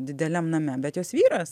dideliam name bet jos vyras